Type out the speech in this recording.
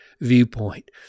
viewpoint